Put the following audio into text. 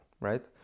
right